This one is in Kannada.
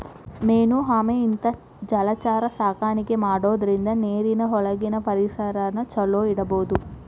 ಮೇನು ಆಮೆ ಇಂತಾ ಜಲಚರ ಸಾಕಾಣಿಕೆ ಮಾಡೋದ್ರಿಂದ ನೇರಿನ ಒಳಗಿನ ಪರಿಸರನ ಚೊಲೋ ಇಡಬೋದು